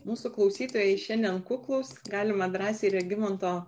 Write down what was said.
mūsų klausytojai šiandien kuklūs galima drąsiai regimanto